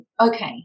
okay